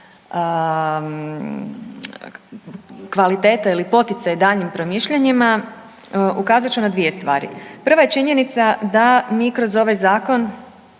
kvaliteta ili poticaj daljnjim promišljanjima ukazat ću na dvije stvari. Prva je činjenica d mi kroz ovaj zakon